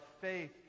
faith